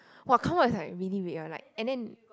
!wah! come out is like really red one like and then